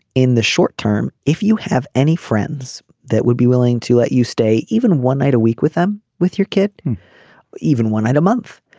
in the short term. if you have any friends that would be willing to let you stay even one night a week with them with your kid even one night a month.